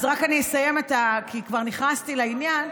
אז אני רק אסיים, כי כבר נכנסתי לעניין.